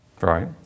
Right